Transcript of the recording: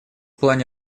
плане